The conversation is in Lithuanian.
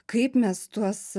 kaip mes tuos